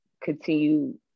continue